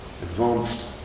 advanced